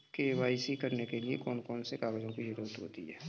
KYC करने के लिए कौन कौन से कागजों की जरूरत होती है?